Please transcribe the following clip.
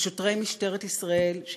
ושוטרי משטרת ישראל,